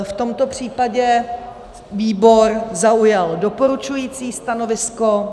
V tomto případě výbor zaujal doporučující stanovisko.